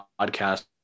podcast